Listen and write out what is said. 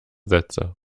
sätze